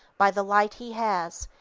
by the light he has,